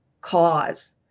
cause